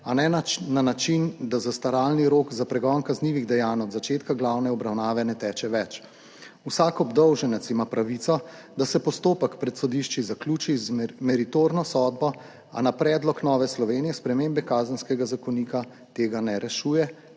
a ne na način da zastaralni rok za pregon kaznivih dejanj od začetka glavne obravnave ne teče več. Vsak obdolženec ima pravico, da se postopek pred sodišči zaključi z meritorno sodbo, a na predlog Nove Slovenije spremembe Kazenskega zakonika tega ne rešuje,